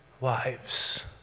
Wives